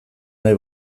nahi